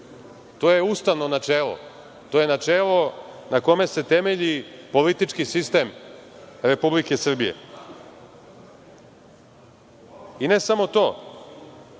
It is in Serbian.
To je ustavno načelo. To je načelo na kome se temelji politički sistem Republike Srbije. I ne samo to,